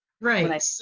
Right